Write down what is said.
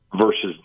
versus